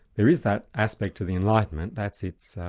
there is that aspect of the enlightenment, that's its,